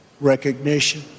recognition